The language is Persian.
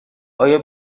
آیا